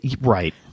right